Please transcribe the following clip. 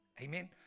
Amen